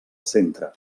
centre